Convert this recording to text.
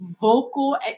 vocal